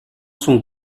son